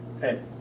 hey